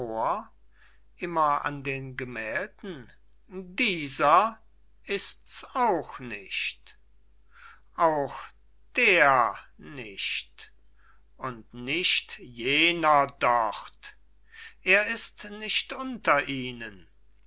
dieser ist's auch nicht auch der nicht auch nicht jener dort er ist nicht unter ihnen